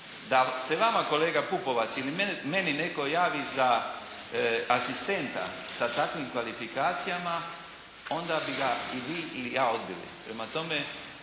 da se vama kolega Pupovac ili meni netko javi za asistenta sa takvim kvalifikacijama onda bi ga i vi ili ja odbili. Prema tome,